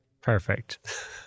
Perfect